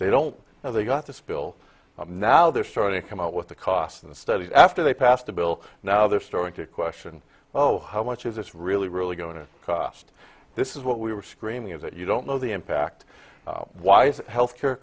they don't now they got this bill now they're starting to come out with the cost of the study after they passed the bill now they're starting to question oh how much is this really really going to cost this is what we were screaming is that you don't know the impact why health care